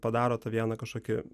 padaro tą vieną kažkokį